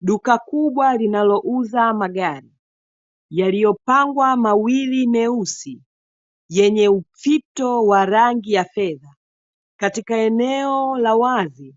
Duka kubwa linalouza magari yaliyopangwa mawili meusi yenye ufito wa rangi ya fegi katika eneo la wazi